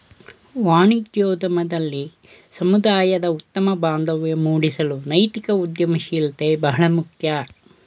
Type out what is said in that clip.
ವಾಣಿಜ್ಯೋದ್ಯಮದಲ್ಲಿ ಸಮುದಾಯದ ಉತ್ತಮ ಬಾಂಧವ್ಯ ಮೂಡಿಸಲು ನೈತಿಕ ಉದ್ಯಮಶೀಲತೆ ಬಹಳ ಮುಖ್ಯ